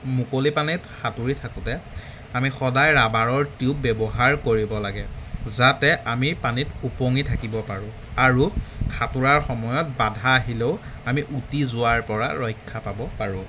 মুকলি পানীত সাঁতুৰি থাকোঁতে আমি সদায় ৰাবাৰৰ টিউব ব্যৱহাৰ কৰিব লাগে যাতে আমি পানীত ওপঙি থাকিব পাৰোঁ আৰু সাঁতোৰাৰ সময়ত বাধা আহিলেও আমি উটি যোৱাৰ পৰা ৰক্ষা পাব পাৰোঁ